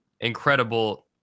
incredible